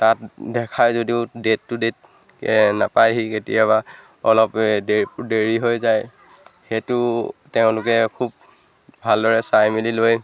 তাত দেখাই যদিও ডেট টু ডেট নাপায়হি কেতিয়াবা অলপ দে দেৰি হৈ যায় সেইটো তেওঁলোকে খুব ভালদৰে চাই মেলি লৈ